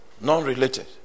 non-related